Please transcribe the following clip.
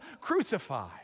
crucified